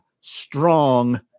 strong